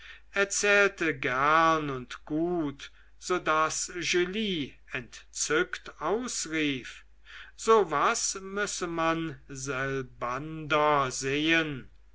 erzählte gern und gut so daß julie entzückt ausrief so was müsse man selbander sehen